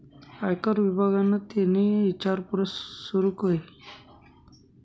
आयकर विभागनि तेनी ईचारपूस सूरू कई